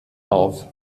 auf